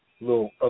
little